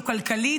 לא כלכלית,